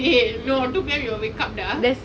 dey no two P_M you'll wake up ah